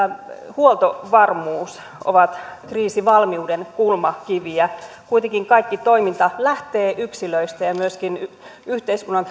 huoltovarmuus ovat kriisivalmiuden kulmakiviä kuitenkin kaikki toiminta lähtee yksilöistä ja myöskin yhteiskunnan